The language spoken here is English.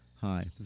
Hi